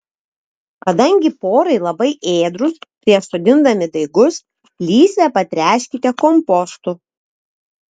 kadangi porai labai ėdrūs prieš sodindami daigus lysvę patręškite kompostu